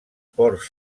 ports